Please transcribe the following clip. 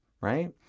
right